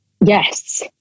yes